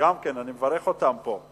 גם כן, אני מברך אותם פה.